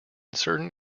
certain